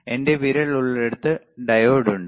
എന്റെ വിരൽ ഉള്ളിടത്ത് ഡയോഡ് ഉണ്ട്